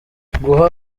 guha